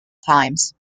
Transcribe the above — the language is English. times